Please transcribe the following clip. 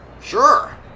sure